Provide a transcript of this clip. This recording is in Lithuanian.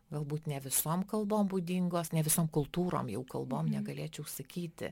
galbūt ne visom kalbom būdingos ne visom kultūrom jau kalbom negalėčiau sakyti